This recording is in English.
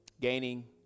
gaining